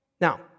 Now